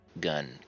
gun